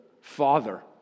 father